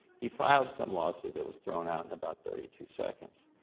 he filed some lawsuit that was thrown out in about thirty two seconds.